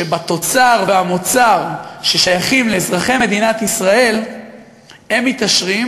שמהתוצר והמוצר ששייכים למדינת ישראל הם מתעשרים,